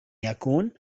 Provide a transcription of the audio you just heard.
يكون